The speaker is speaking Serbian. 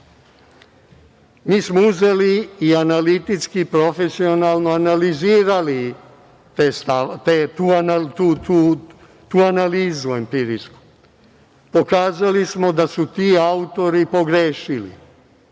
smo uzeli i analitički i profesionalno analizirali tu analizu empirijsku. Pokazali smo da su ti autori pogrešili,